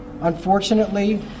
Unfortunately